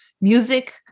music